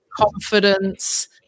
confidence